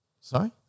Sorry